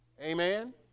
amen